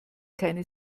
keine